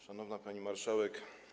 Szanowna Pani Marszałek!